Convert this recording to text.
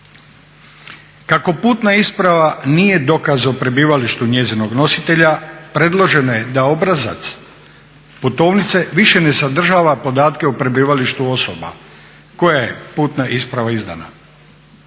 Kako putna isprava nije dokaz o prebivalištu njezinog nositelja predloženo je da obrazac putovnice više ne sadržava podatke o prebivalištu osoba kojoj je putna isprava izdana.